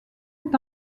est